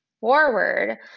forward